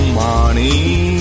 money